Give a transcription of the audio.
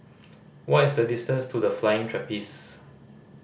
what is the distance to The Flying Trapeze